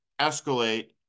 escalate